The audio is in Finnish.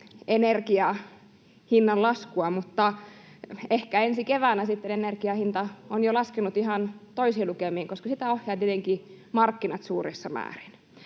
energiahinnan laskua. Mutta ehkä ensi keväänä sitten energian hinta on jo laskenut ihan toisiin lukemiin, koska sitä ohjaavat tietenkin markkinat suuressa määrin.